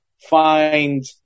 find